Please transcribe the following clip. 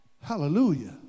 hallelujah